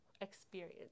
experience